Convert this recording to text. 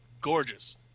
gorgeous